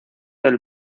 del